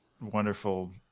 wonderful